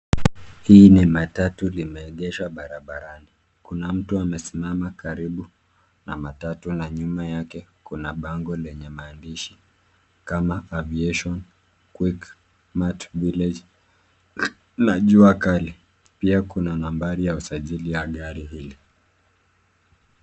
Hii ni matatu limeegeshwa barabarani, kuna mtu amesmama karibu na matatu na nyuma yake kuna bango lenye maandishi kama aviation, quickmatt village na jua kali, pia kuna nambari ya usajili ya gari hili.